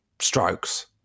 strokes